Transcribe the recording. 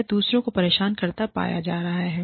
या दूसरों को परेशान करता पाया जाता है